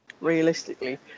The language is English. realistically